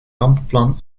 rampenplan